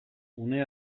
une